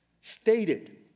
stated